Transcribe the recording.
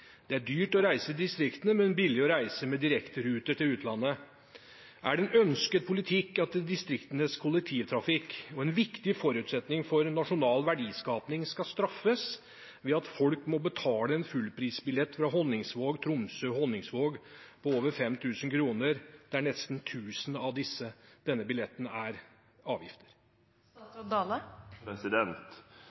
Det er dyrt å reise i distriktene, men billig å reise med direkteruter til utlandet. Er det en ønsket politikk at distriktenes kollektivtrafikk og en viktig forutsetning for nasjonal verdiskaping skal straffes ved at folk må betale fullprisbillett for Honningsvåg–Tromsø–Honningsvåg på over 5 000 kr, der nesten 1 000 kr av denne billettprisen er